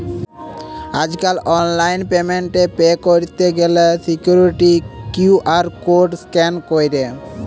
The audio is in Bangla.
আজকাল অনলাইন পেমেন্ট এ পে কইরতে গ্যালে সিকুইরিটি কিউ.আর কোড স্ক্যান কইরে